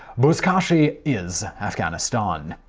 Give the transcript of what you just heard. buzkashi is afghanistan.